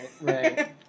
right